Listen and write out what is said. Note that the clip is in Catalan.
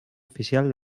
oficial